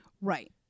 Right